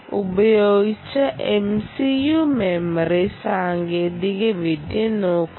ഉപയോഗിച്ച MCU memory സാങ്കേതികവിദ്യ നോക്കുക